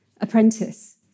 apprentice